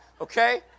Okay